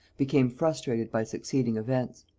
became frustrated by succeeding events.